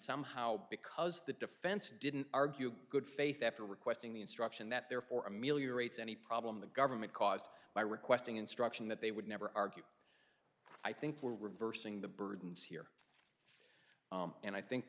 somehow because the defense didn't argue good faith after requesting the instruction that therefore ameliorates any problem the government caused by requesting instruction that they would never argue i think we're reversing the burdens here and i think